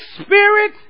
spirit